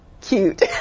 cute